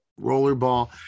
rollerball